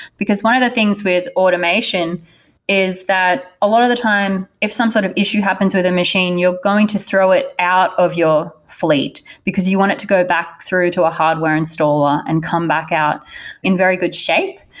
because one of the things with automation is that a lot of the time, time, if some sort of issue happens with a machine, you're going to throw it out of your fleet, because you want it to go back through to a hardware installer and come back out in very good shape.